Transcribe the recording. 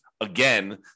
again